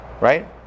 right